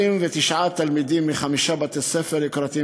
29 תלמידים מחמישה בתי-ספר יוקרתיים